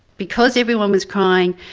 because everyone was crying,